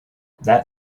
that